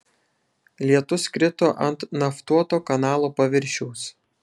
lietus krito ant naftuoto kanalo paviršiaus